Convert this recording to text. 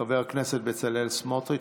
חבר הכנסת בצלאל סמוטריץ'.